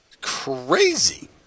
Crazy